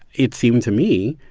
it seemed to me,